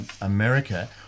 America